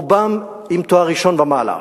רובם עם תואר ראשון ומעלה,